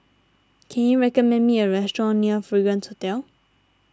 can you recommend me a restaurant near Fragrance Hotel